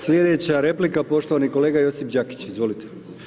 Sljedeća replika poštovani kolega Josip Đakić, izvolite.